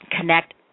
connect